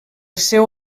seu